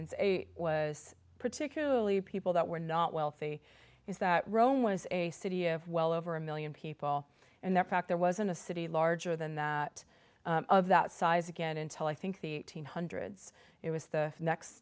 ans a was particularly people that were not wealthy is that rome was a city of well over a million people and the fact there wasn't a city larger than that of that size again until i think the hundreds it was the next